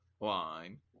line